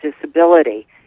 disability